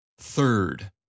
Third